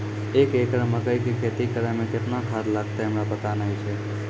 एक एकरऽ मकई के खेती करै मे केतना खाद लागतै हमरा पता नैय छै?